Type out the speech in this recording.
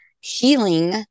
healing